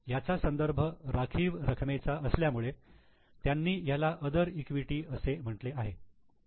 याचा संदर्भ राखीव रकमेचा असल्यामुळे त्यांनी ह्याला आदर इक्विटी असे म्हटले आहे